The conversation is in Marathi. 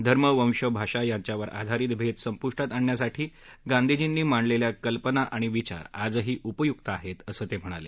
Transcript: धर्म वंश भाषा यांच्यावर आधारित भेद संपुष्टात आणण्यासाठी गांधीजींनी मांडलेल्या कल्पना आणि विचार आजही उपयुक्त आहेत असं ते म्हणाले